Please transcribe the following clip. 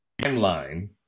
timeline